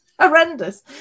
horrendous